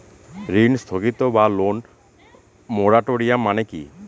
ঋণ স্থগিত বা লোন মোরাটোরিয়াম মানে কি?